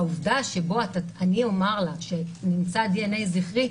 העובדה שאני אומר לה שנמצא דנ"א זכרי,